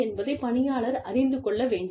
என்பதை பணியாளர் அறிந்து கொள்ள வேண்டும்